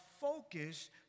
focus